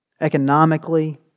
economically